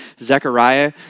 Zechariah